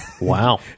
Wow